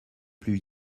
plus